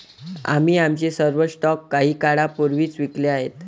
आम्ही आमचे सर्व स्टॉक काही काळापूर्वीच विकले आहेत